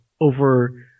over